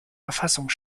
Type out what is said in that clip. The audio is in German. verfassung